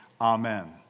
Amen